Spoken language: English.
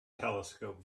telescope